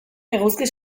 eguzki